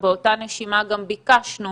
ובאותה נשימה גם ביקשנו